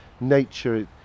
nature